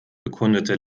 bekundete